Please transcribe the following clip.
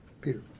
Peter